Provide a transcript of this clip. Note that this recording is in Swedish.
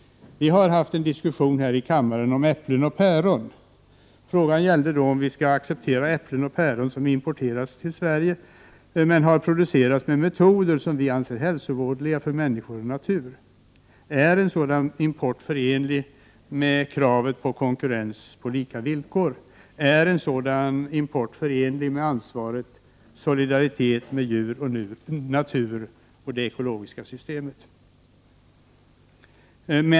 Vi har här i kammaren haft en diskussion om äpplen och päron. Frågan gällde då om vi skall acceptera att äpplen och päron som importeras till Sverige har producerats med metoder som vi anser hälsovådliga för människor och natur. Är en sådan import förenlig med kravet på konkurrens på lika villkor? Är en sådan import förenlig med ansvaret — solidariteten — för djur, natur och det ekologiska systemet?